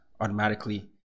automatically